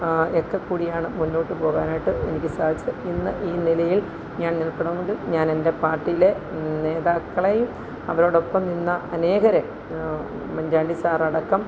എക്ക കൂടിയാണ് മുന്നോട്ട് പോകാനായിട്ട് എനിക്ക് സാധിച്ചത് ഇന്ന് ഈ നിലയിൽ ഞാൻ നിൽക്കണമെങ്കിൽ ഞാൻ എൻ്റെ പാർട്ടിയിലെ നേതാക്കളേയും അവരോടൊപ്പം നിന്ന അനേകരെ ഉമ്മൻചാണ്ടി സാർ അടക്കം